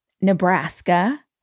Nebraska